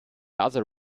other